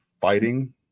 fighting